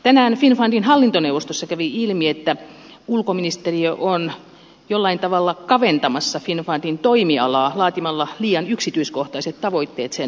tänään finnfundin hallintoneuvostossa kävi ilmi että ulkoministeriö on jollain tavalla kaventamassa finnfundin toimialaa laatimalla liian yksityiskohtaiset tavoitteet sen toiminnasta